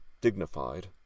dignified